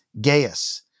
Gaius